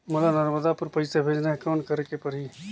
मोला नर्मदापुर पइसा भेजना हैं, कौन करेके परही?